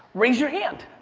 raise your hand.